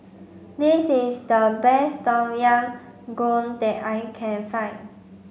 this is the best Tom Yam Goong that I can find